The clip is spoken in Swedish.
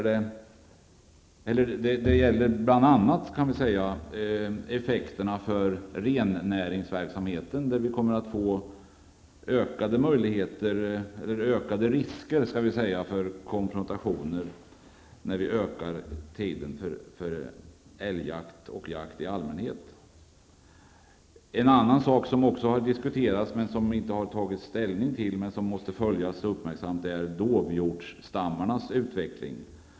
Det gäller bl.a. effekterna för rennäringen, där det blir ökade risker för konfrontationer när tiden för älgjakt och jakt i allmänhet utökas. En annan sak som också har diskuterats men som vi inte tagit ställning till är dovhjortsstammarnas utveckling, något som måste följas uppmärksamt.